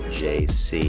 jc